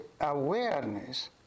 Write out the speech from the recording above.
awareness